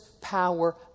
power